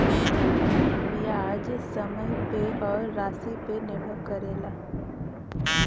बियाज समय पे अउर रासी पे निर्भर करेला